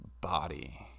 body